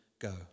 go